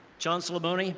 chancellor mone,